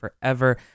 Forever